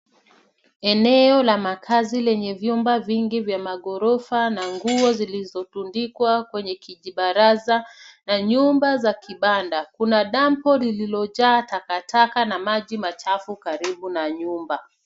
Eneo la makazi lenye vyumba vingi vya maghorofa na nguo zilizotundikwa kwenye kijibaraza na nyumba za kibanda. Kuna dampo lililojaa takataka na maji machafu karibu na nyumba.